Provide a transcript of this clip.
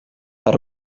per